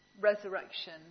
resurrection